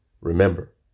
Remember